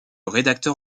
rédacteur